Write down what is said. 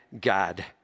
God